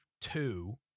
two